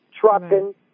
trucking